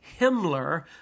Himmler